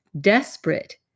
desperate